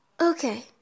Okay